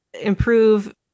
improve